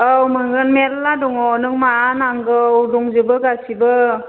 औ मोनगोन मेरला दङ नों मा नांगौ दंजोबो गासिबो